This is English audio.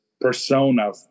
persona